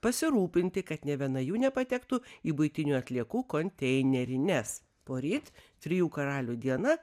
pasirūpinti kad nė viena jų nepatektų į buitinių atliekų konteinerį nes poryt trijų karalių diena